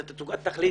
זאת תצוגת תכלית,